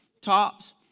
tops